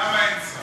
למה אין שר?